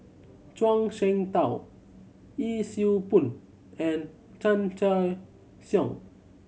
Zhuang Shengtao Yee Siew Pun and Chan Choy Siong